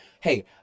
Hey